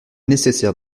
nécessaire